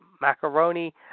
Macaroni